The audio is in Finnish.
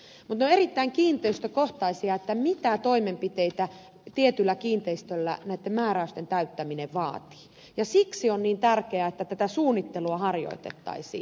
mutta on erittäin kiinteistökohtaista mitä toimenpiteitä kiinteistöllä näitten määräysten täyttäminen vaatii ja siksi on niin tärkeää että tätä suunnittelua harjoitettaisiin